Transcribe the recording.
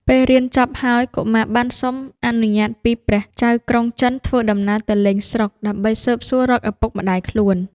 ពេលរៀនចប់ហើយ កុមារបានសុំអនុញ្ញាតពីព្រះចៅក្រុងចិន ធ្វើដំណើរទៅលេងស្រុក ដើម្បីស៊ើបសួររកឪពុកម្តាយខ្លួន។